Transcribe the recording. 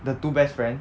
the two best friend